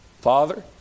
Father